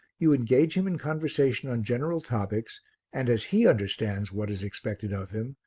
you engage him in conversation on general topics and as he understands what is expected of him,